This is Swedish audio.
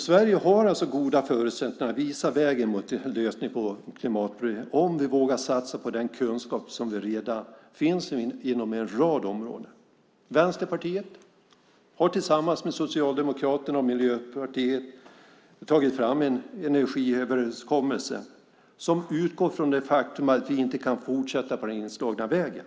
Sverige har goda förutsättningar att visa vägen mot en lösning på klimatproblemet om vi vågar satsa på den kunskap som redan finns inom en rad områden. Vänsterpartiet har tillsammans med Socialdemokraterna och Miljöpartiet tagit fram en energiöverenskommelse som utgår från det faktum att vi inte kan fortsätta på den inslagna vägen.